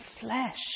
flesh